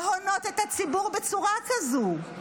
להונות את הציבור בצורה כזו?